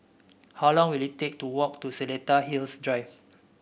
how long will it take to walk to Seletar Hills Drive